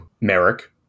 Merrick